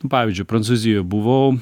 pavyzdžiui prancūzijoj buvau